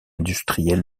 industriel